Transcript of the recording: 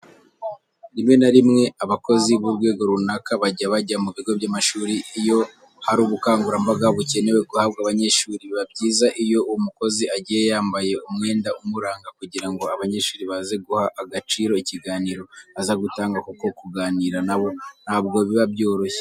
Rimwe na rimwe abakozi b'urwego runaka bajya bajya mu bigo by'amashuri iyo hari ubukangurambaga bukenewe guhabwa abanyeshuri. Biba byiza iyo uwo mukozi agiye yambaye umwenda umuranga kugira ngo abanyeshuri baze guha agaciro ikiganiro aza gutanga kuko kuganira na bo ntabwo biba byoroshye.